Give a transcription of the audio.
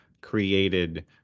created